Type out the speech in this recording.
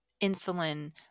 insulin